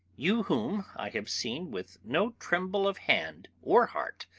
you, whom i have seen with no tremble of hand or heart,